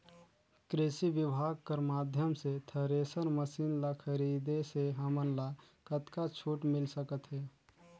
कृषि विभाग कर माध्यम से थरेसर मशीन ला खरीदे से हमन ला कतका छूट मिल सकत हे?